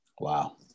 Wow